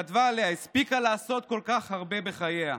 כתבה עליה: הספיקה לעשות כל כך הרבה בחייה.